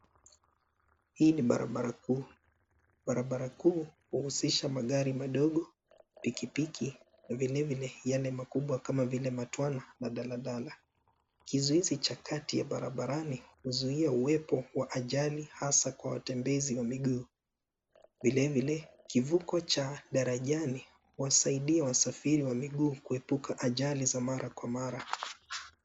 Hii ni barabara kuu. Barabara kuu uhusisha magari madogo pikipiki na vilevile yale makubwa kama vile matwana na daladala. Kizuizi cha kati ya barabarani huzuia uwepo wa ajali hasa kwa watembezi wa miguu. Vilevile kivuko cha darajani huwasaidia wasafiri wa miguu kuepuka ajali za mara kwa mara.